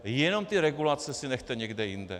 Jenom ty regulace si nechte někde jinde.